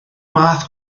math